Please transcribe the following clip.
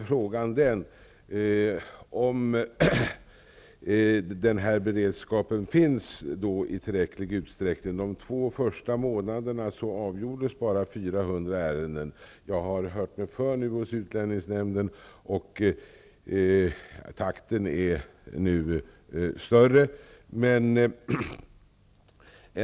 Frågan är om det finns en sådan beredskap i tillräcklig utsträckning. Under de två första månaderna avgjordes bara 400 ärenden. Jag har hört mig för hos utlänningsnämnden, och takten är större nu.